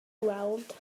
weld